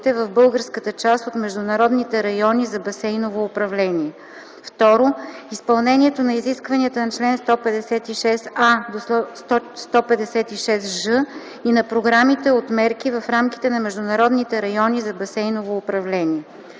в българската част от международните райони за басейново управление; 2. изпълнението на изискванията на чл. 156а-156ж и на програмите от мерки в рамките на международните райони за басейново управление.